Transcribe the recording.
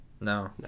No